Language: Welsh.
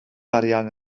arian